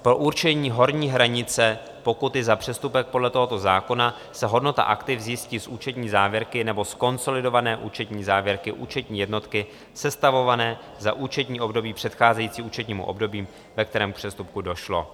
Pro určení horní hranice pokuty za přestupek podle tohoto zákona se hodnota aktiv zjistí z účetní závěrky nebo z konsolidované účetní závěrky účetní jednotky sestavované za účetní období předcházející účetnímu období, ve kterém k přestupku došlo.